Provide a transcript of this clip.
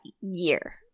year